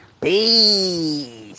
Peace